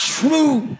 true